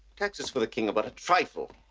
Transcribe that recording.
taxes for the king are but a trifle.